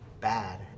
bad